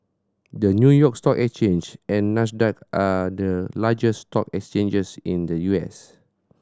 the New York Stock Exchange and Nasdaq are the largest stock exchanges in the U S